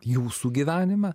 jūsų gyvenime